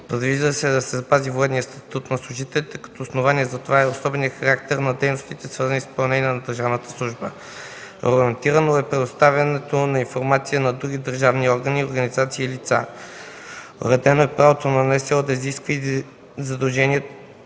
Предвижда се да се запази военният статут на служителите като основание за това е особеният характер на дейностите, свързан с изпълнение на държавната служба. Регламентирано е предоставянето на информация на други държавни органи, организации и лица. Уредено е правото на НСО да изисква и задължението